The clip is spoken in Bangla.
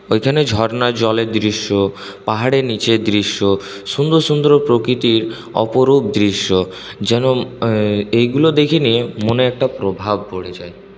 ওইখানে ঝর্নার জলের দৃশ্য পাহাড়ের নিচের দৃশ্য সুন্দর সুন্দর প্রকৃতির অপরূপ দৃশ্য যেন এইগুলো দেখে নিয়েই মনে একটা প্রভাব পড়ে যায়